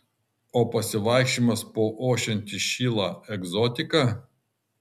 o pasivaikščiojimas po ošiantį šilą egzotika